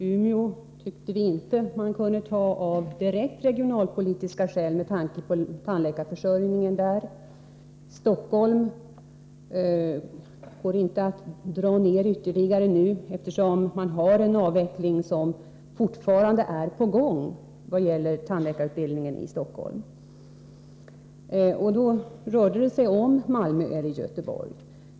Umeå tyckte vi inte att man kunde ta, av direkt regionalpolitiska skäl med tanke på tandläkarförsörjningen där. Stockholm går inte att dra ner ytterligare nu, eftersom en avveckling fortfarande är på gång vad gäller tandläkarutbildningen i Stockholm. Då rörde det sig om Malmö eller Göteborg.